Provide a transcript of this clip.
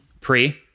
Pre